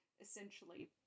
essentially